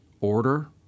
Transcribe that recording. order